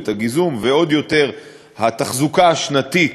את הגיזום ועוד יותר התחזוקה השנתית